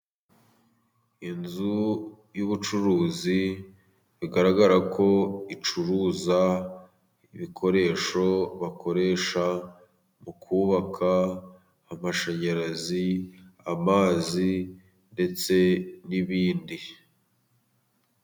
Inzu y'ubucuruzi bigaragara ko bacuruza ibikoresho bakoresha mu kubaka amashanyarazi, amazi ndetse n'ibindi.